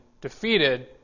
defeated